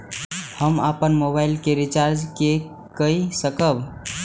हम अपन मोबाइल के रिचार्ज के कई सकाब?